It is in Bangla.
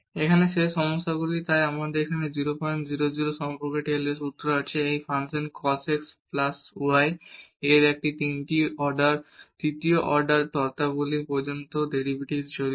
এখানে শেষ সমস্যাগুলি তাই আমাদের এই 000 সম্পর্কে টেইলারের সূত্র আছে এই function cos x plus y এর এই তৃতীয় অর্ডার শর্তাবলী পর্যন্ত ডেরিভেটিভস জড়িত